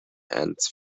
and